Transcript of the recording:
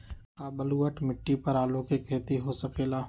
का बलूअट मिट्टी पर आलू के खेती हो सकेला?